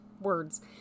words